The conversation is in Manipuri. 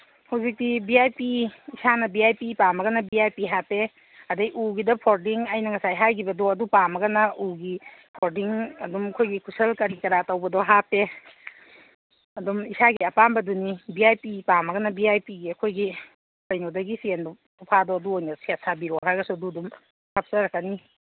ꯍꯧꯖꯤꯛꯇꯤ ꯚꯤ ꯑꯥꯏ ꯄꯤ ꯏꯁꯥꯅ ꯚꯤ ꯑꯥꯏ ꯄꯤ ꯄꯥꯝꯃꯒꯅ ꯚꯤ ꯑꯥꯏ ꯄꯤ ꯍꯥꯞꯄꯦ ꯑꯗꯒꯤ ꯎꯒꯤꯗ ꯐꯣꯜꯗꯤꯡ ꯑꯩꯅ ꯉꯁꯥꯏ ꯍꯥꯏꯈꯤꯕꯗꯣ ꯑꯗꯨ ꯄꯥꯝꯃꯒꯅ ꯎꯒꯤ ꯐꯣꯜꯗꯤꯡ ꯑꯗꯨꯝ ꯑꯩꯈꯣꯏꯒꯤ ꯀꯨꯁꯟ ꯀꯔꯤ ꯀꯔꯥ ꯇꯧꯕꯗꯣ ꯍꯥꯞꯄꯦ ꯑꯗꯨꯝ ꯏꯁꯥꯒꯤ ꯑꯄꯥꯝꯕꯗꯨꯅꯤ ꯚꯤ ꯑꯥꯏ ꯄꯤ ꯄꯥꯝꯃꯒꯅ ꯚꯤ ꯑꯥꯏ ꯄꯤꯒꯤ ꯑꯩꯈꯣꯏꯒꯤ ꯀꯩꯅꯣꯗꯒꯤ ꯆꯦꯟꯕ ꯁꯣꯐꯥꯗꯣ ꯑꯗꯨ ꯑꯣꯏꯅ ꯁꯦꯠ ꯁꯥꯕꯤꯔꯣ ꯍꯥꯏꯔꯒꯁꯨ ꯑꯗꯨꯝ ꯍꯥꯞꯆꯔꯛꯀꯅꯤ